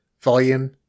volume